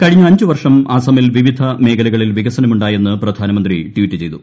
കഴിഞ്ഞ് ് അഞ്ച് വർഷം അസമിൽ വിവിധ മേഖലകളിൽ വികസ്നമുണ്ടായെന്ന് പ്രധാനമന്ത്രി ട്വീറ്റ് ചെയ്തു